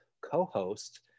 co-host